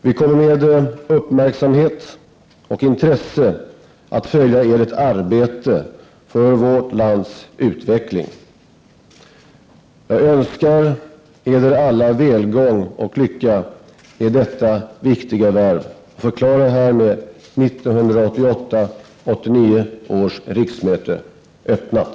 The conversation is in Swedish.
Vi kommer med uppmärksamhet och intresse att följa Edert arbete för vårt lands utveckling. Jag önskar Eder alla välgång och lycka i detta viktiga värv och förklarar härmed 1988/89 års riksmöte öppnat.